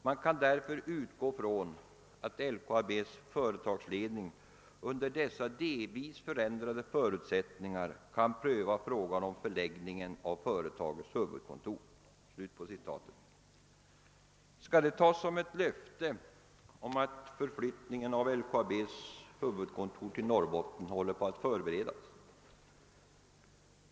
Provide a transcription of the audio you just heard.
Man kan därför utgå från att LKAB:s företagsledning under dessa delvis förändrade förutsättningar kan pröva frågan om förläggningen av företagets huvudkontor.> Skall detta tas som ett löfte om att förflyttningen av LKAB:s huvudkontor till Norbotten håller på att förberedas?